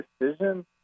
decision